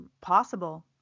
possible